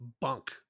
Bunk